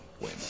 win